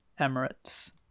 Emirates